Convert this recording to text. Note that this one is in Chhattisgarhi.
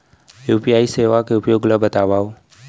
यू.पी.आई सेवा के उपयोग ल बतावव?